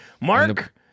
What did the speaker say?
Mark